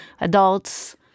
adults